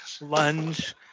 lunge